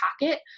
pocket